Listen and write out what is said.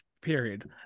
period